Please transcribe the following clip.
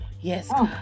yes